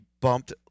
bumped